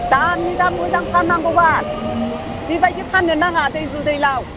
दामनि दाम मोजां फाननांगौ बाल बेबायदि फाननो नाङा दैब्रु दैलाव